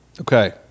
Okay